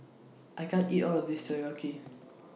I can't eat All of This Takoyaki